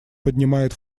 поднимает